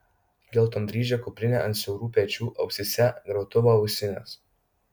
geltondryžė kuprinė ant siaurų pečių ausyse grotuvo ausinės